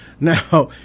Now